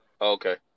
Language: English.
Okay